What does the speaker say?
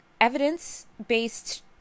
evidence-based